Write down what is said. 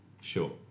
Sure